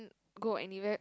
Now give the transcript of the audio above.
go anywhere